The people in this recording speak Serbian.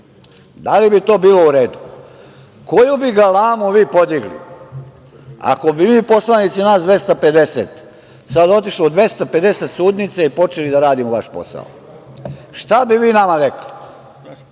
Da li bi to bilo u redu? Koju bi galamu vi podigli ako bi mi poslanici, nas 250 sada otišlo u 250 sudnica i počeli da radimo vaš posao, šta bi vi nama rekli?